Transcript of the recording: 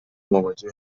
مواجه